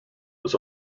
was